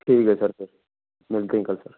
ٹھیک ہے سر پھر ملتے ہیں کل سر